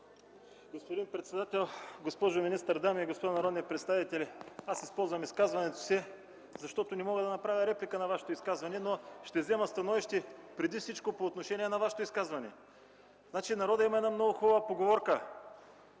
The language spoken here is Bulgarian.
Господин председател, госпожо министър, дами и господа народни представители! Използвам изказването си, защото не мога да направя реплика на Вашето изказване. Ще взема становище преди всичко по отношение на Вашето изказване. Народът има много хубава поговорка: